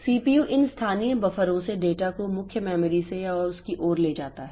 CPU इन स्थानीय बफ़रों से डेटा को मुख्य मेमोरी से या उसकी ओर ले जाता है